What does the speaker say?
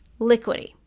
liquidy